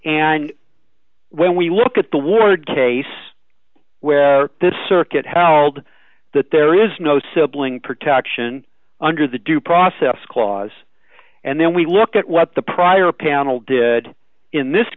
and when we look at the ward case where this circuit held that there is no sibling protection under the due process clause and then we look at what the prior panel did in this